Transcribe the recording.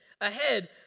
ahead